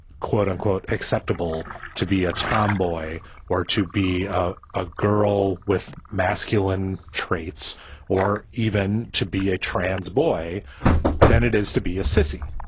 quote unquote, acceptable to be a tomboy or to be a a girl with masculine traits or even to be a trans boy than it is to be a sissy.